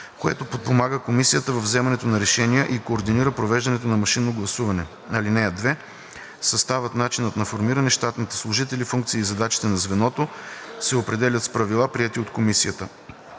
което подпомага комисията във вземането на решения и координира провеждането на машинно гласуване. (2) Съставът, начинът на формиране, щатните служители, функциите и задачите на звеното се определят с правила, приети от комисията.